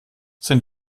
sind